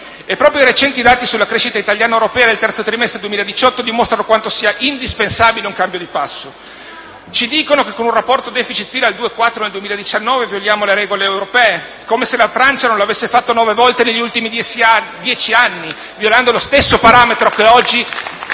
Proprio i recenti dati sulla crescita italiana ed europea del terzo trimestre 2018 dimostrato quanto sia indispensabile un cambio di passo. Ci dicono che con un rapporto deficit-PIL al 2,4 per cento nel 2019 violiamo le regole europee, come se la Francia non lo avesse fatto nove volte negli ultimi dieci anni, violando lo stesso parametro che oggi